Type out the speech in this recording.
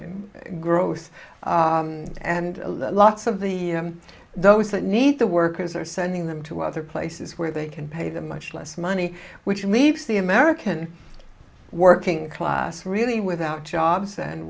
and growth and lots of the those that need the workers are sending them to other places where they can pay the much less money which leaves the american working class really without jobs and